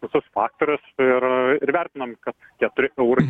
visus faktorius ir ir vertinam kad keturi eurai